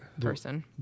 person